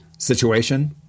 Situation